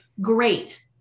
great